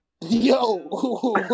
Yo